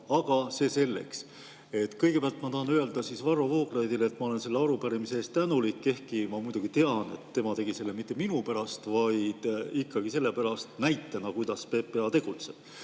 Aga see selleks. Kõigepealt ma tahan öelda Varro Vooglaiule, et ma olen selle arupärimise eest tänulik, ehkki ma muidugi tean, et tema ei teinud seda mitte minu pärast, vaid ikkagi sellepärast, et näidata, kuidas PPA tegutseb. Aga